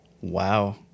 wow